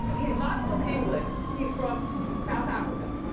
he's not from england. he's from south africa.